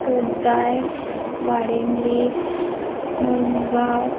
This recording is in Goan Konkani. होगदायर वाडेम लेक मोर्मुगांव